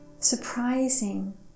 Surprising